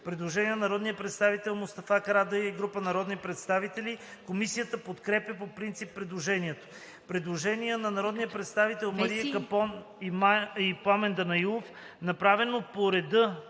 Предложение на народния представител Мустафа Карадайъ и група народни представители. Комисията подкрепя по принцип предложението. Предложение на народния представител Корнелия Нинова и група народни представители.